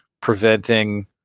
preventing